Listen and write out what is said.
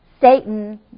Satan